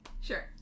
sure